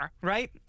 Right